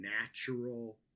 natural